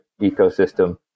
ecosystem